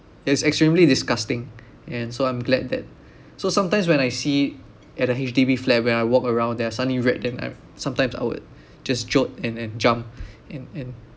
it was extremely disgusting and so I'm glad that so sometimes when I see at a H_D_B flat where I walk around there are suddenly rat then I sometimes I would just jolt and and jump and and